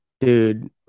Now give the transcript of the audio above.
Dude